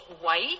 white